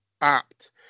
apt